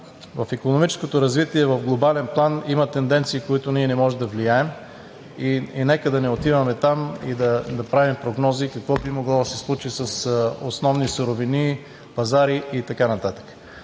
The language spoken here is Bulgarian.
в икономическото развитие в глобален план има тенденции, върху които ние не можем да влияем. И нека не отиваме там и да правим прогнози какво би могло да се случи с основни суровини, пазари и така нататък.